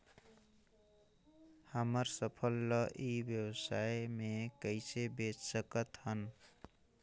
हमर फसल ल ई व्यवसाय मे कइसे बेच सकत हन?